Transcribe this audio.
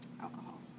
alcohol